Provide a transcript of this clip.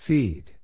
Feed